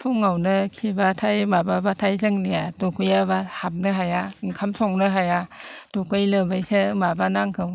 फुङावनो खिबाथाय माबाबाथाय जोंनिया दुगैयाब्ला हाबनो हाया ओंखाम संनो हाया दुगै लोबैसो माबानांगौ